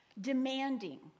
demanding